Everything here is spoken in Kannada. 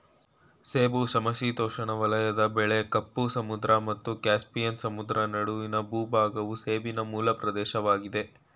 ಸೇಬು ಸಮಶೀತೋಷ್ಣ ವಲಯದ ಬೆಳೆ ಕಪ್ಪು ಸಮುದ್ರ ಮತ್ತು ಕ್ಯಾಸ್ಪಿಯನ್ ಸಮುದ್ರ ನಡುವಿನ ಭೂಭಾಗವು ಸೇಬಿನ ಮೂಲ ಪ್ರದೇಶವಾಗಿದೆ